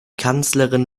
kanzlerin